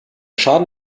schaden